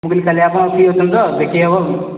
ମୁଁ କହିଲି କାଲି ଆପଣ ଫ୍ରି ଅଛନ୍ତି ତ ଦେଖାଇ ହବ